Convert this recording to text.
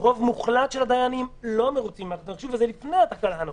ורוב מוחלט של הדיינים לא מרוצים עוד לפני התקלה הנוכחית.